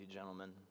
gentlemen